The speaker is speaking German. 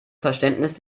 verständnis